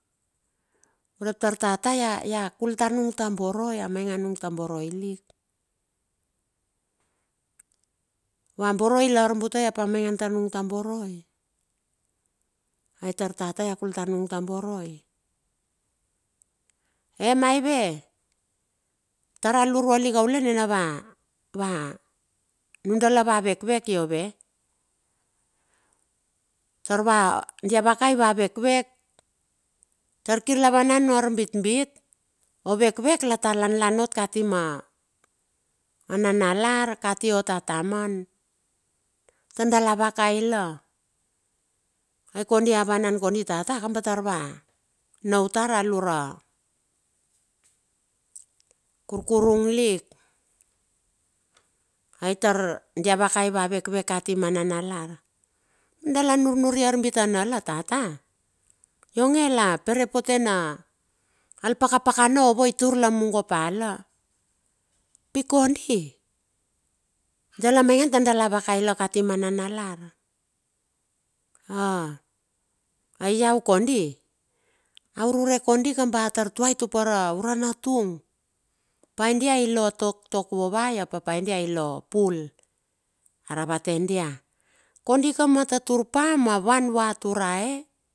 Urep tar tata ia kultar nung ta boroi, a maingai nung ta boroi lik. Wa boroi lar bute apa mainangan tar nung taboroi, aitar tata ia kul tar nung ta boroi. Emaive? Tur a luruai lik kaule nina va, va, nundala va vekvek iove. Tarva, dia vaka e va vevek. Tarkir la vanan aritbit, ovekvek la ta lanlan ot katima, a nanalar kati ot ataman, tar dala va kaila ai kondi a vanan kodi tata, kaba tar va nau tar alura kurkurung lik. Ai tar dia vaka eva vekvek kati mananalar. Dala nurnuri arbitbitane la tata. Ionge la poropote na, al pakapakana ova itur lamugo pa la. Pi kodi dala maingan tar dala vakaila kati mananalar. A iau kodi, a ururek kodi kaba a tar tuai tupere ura natung pa paidia ilo toktok vovai a paidia ilopul. Arava tai dia kodika mua tatur pa, mua van vua turae.